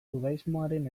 judaismoaren